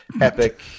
epic